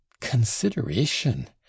consideration